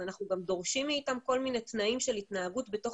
אנחנו דורשים מהם כל מיני תנאים של התנהגות בתוך